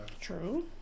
True